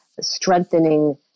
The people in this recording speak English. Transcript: strengthening